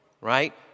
right